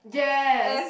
yes